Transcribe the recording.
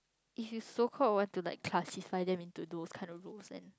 if you so called went to classified them into those kind of roles and